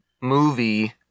movie